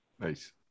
Nice